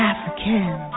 African